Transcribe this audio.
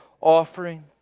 offering